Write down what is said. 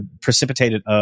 precipitated